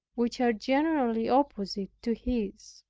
which are generally opposite to his.